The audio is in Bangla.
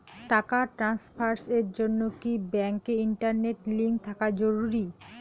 টাকা ট্রানস্ফারস এর জন্য কি ব্যাংকে ইন্টারনেট লিংঙ্ক থাকা জরুরি?